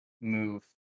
move